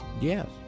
Yes